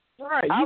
Right